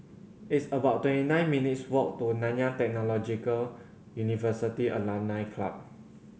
it's about twenty nine minutes' walk to Nanyang Technological University Alumni Club